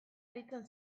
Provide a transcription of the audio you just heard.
aritzen